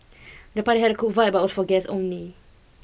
the party had a cool vibe but was for guests only